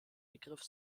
begriff